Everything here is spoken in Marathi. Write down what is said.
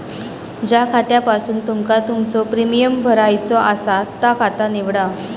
ज्या खात्यासून तुमका तुमचो प्रीमियम भरायचो आसा ता खाता निवडा